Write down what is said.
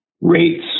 rates